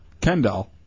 Kendall